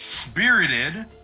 Spirited